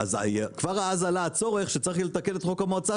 כבר אז עלה הצורך שצריך יהיה לתקן את חוק המעוצה,